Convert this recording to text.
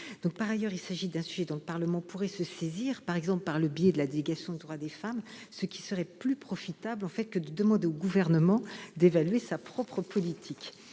Par ailleurs, il s'agit d'un sujet dont le Parlement pourrait se saisir, par exemple, par le biais de la délégation aux droits des femmes, ce qui serait plus profitable que de demander au Gouvernement d'évaluer sa propre politique.